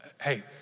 hey